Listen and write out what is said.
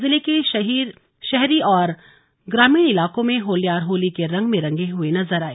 जिले के शहीर और ग्रामीण इलाकों में होल्यार होली के रंग में रंगे हुए नजर आए